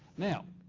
now,